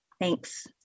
Thanks